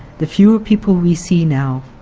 the fewer people we see now,